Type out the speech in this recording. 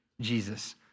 Jesus